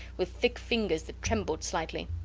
with thick fingers that trembled slightly.